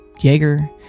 Jaeger